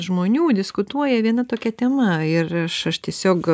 žmonių diskutuoja viena tokia tema ir aš aš tiesiog